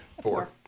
Four